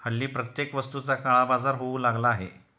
हल्ली प्रत्येक वस्तूचा काळाबाजार होऊ लागला आहे